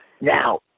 Now